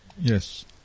yes